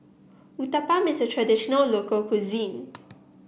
Uthapam is a traditional local cuisine